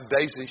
Daisy